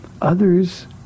Others